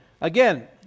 Again